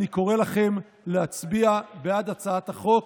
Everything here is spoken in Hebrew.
אני קורא לכם להצביע בעד הצעת החוק,